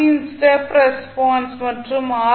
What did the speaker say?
யின் step response மற்றும் R